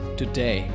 today